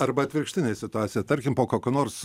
arba atvirkštinė situacija tarkim po kokio nors